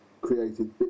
created